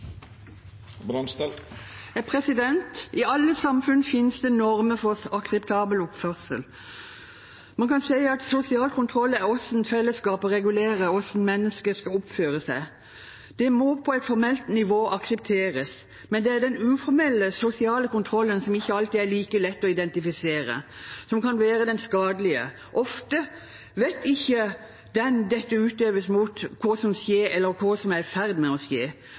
for ofte. I alle samfunn finnes det normer for akseptabel oppførsel. Man kan si at sosial kontroll er hvordan fellesskapet regulerer hvordan mennesker skal oppføre seg. Det må på et formelt nivå aksepteres, men det er den uformelle sosiale kontrollen som ikke alltid er like lett å identifisere, som kan være den skadelige. Ofte vet ikke den som dette utøves mot, hva som skjer, eller hva som er i ferd med å